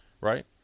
right